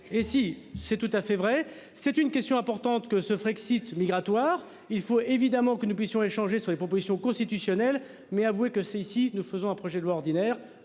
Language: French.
et si c'est tout à fait vrai, c'est une question importante que se ferait Frexit migratoire. Il faut évidemment que nous puissions échanger sur les propositions constitutionnelles mais avouez que c'est si nous faisons un projet de loi ordinaire.